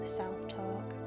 self-talk